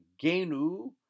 genu